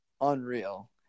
unreal